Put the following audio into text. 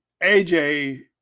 AJ